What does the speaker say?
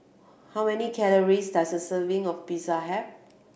how many calories does a serving of Pizza have